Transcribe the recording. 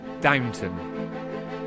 Downton